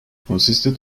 consisted